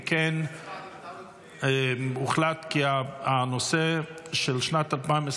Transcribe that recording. אם כן -- הצבעתי בטעות ----- הוחלט כי הנושא: שנת 2024